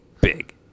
Big